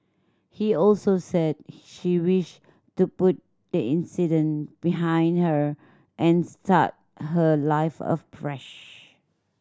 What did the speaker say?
he also said she wish to put the incident behind her and start her life afresh